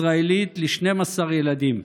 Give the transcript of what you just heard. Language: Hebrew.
ישראלית, אם ל-12 ילדים.